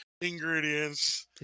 Ingredients